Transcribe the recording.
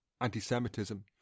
anti-Semitism